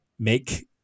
make